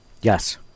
Yes